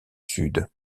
sud